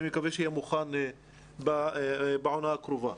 אני מקווה שיהיה מוכן בעונה הקרובה.